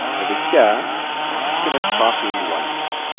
over here um just going to type in ones.